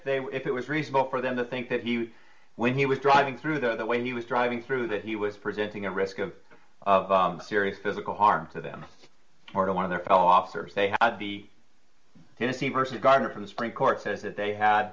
were if it was reasonable for them to think that he was when he was driving through the way he was driving through that he was presenting a risk of of serious physical harm to them or to one of their fellow officers they had the tennessee versus governor from the supreme court says that they had